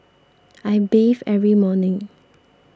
I bathe every morning